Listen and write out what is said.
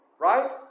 Right